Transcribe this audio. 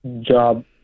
job